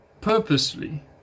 purposely